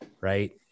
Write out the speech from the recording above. Right